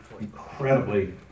incredibly